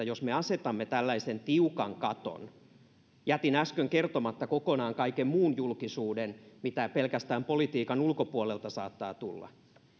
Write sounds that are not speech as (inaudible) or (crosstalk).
(unintelligible) jos me asetamme tällaisen tiukan katon jätin äsken kertomatta kokonaan kaiken muun julkisuuden mitä pelkästään politiikan ulkopuolelta saattaa tulla